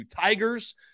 Tigers